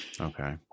Okay